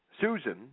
Susan